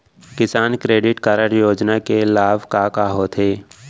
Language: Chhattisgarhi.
किसान क्रेडिट कारड योजना के लाभ का का होथे?